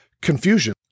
confusion